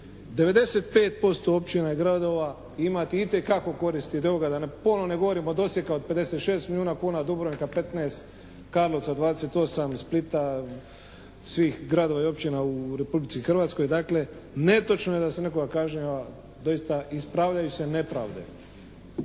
95% općina i gradova imati itekako koristi od toga da ne govorim od Osijeka od 56 milijuna kuna, Dubrovnika 15, Karlovca 28, Splita, svih gradova i općina u Republici Hrvatskoj. Dakle netočno je da se nekoga kažnjava, doista ispravljaju se nepravde.